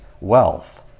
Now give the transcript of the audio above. wealth